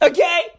Okay